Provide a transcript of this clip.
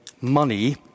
money